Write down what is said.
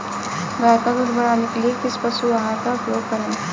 गाय का दूध बढ़ाने के लिए किस पशु आहार का उपयोग करें?